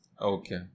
Okay